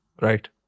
Right